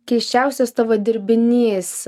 keisčiausias tavo dirbinys